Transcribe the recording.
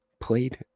played